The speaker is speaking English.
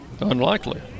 unlikely